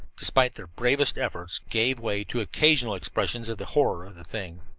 despite their bravest efforts, gave way to occasional expressions of the horror of the thing.